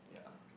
yeah